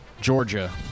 Georgia